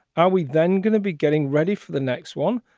are we then gonna be getting ready for the next one?